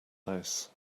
house